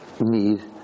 need